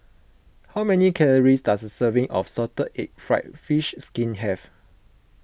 how many calories does a serving of Salted Egg Fried Fish Skin have